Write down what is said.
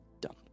done